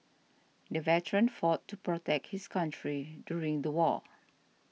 the veteran fought to protect his country during the war